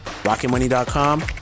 rocketmoney.com